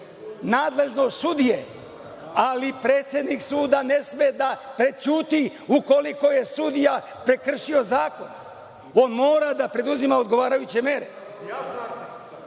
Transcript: nadležnost sudije, ali predsednik suda ne sme da prećuti ukoliko je sudija prekršio zakon. On mora da preduzima odgovarajuće